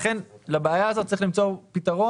לכן לבעיה הזאת צריך למצוא פתרון.